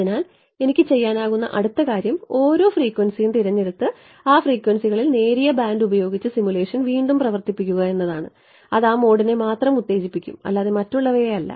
അതിനാൽ എനിക്ക് ചെയ്യാനാകുന്ന അടുത്ത കാര്യം ഓരോ ഫ്രീക്വൻസിയും തിരഞ്ഞെടുത്ത് ആ ഫ്രീക്വൻസികളിൽ നേരിയ ബാൻഡ് ഉപയോഗിച്ച് സിമുലേഷൻ വീണ്ടും പ്രവർത്തിപ്പിക്കുക എന്നതാണ് അത് ആ മോഡിനെ മാത്രം ഉത്തേജിപ്പിക്കും അല്ലാതെ മറ്റുള്ളവയെ അല്ല